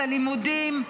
את הלימודים,